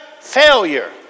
failure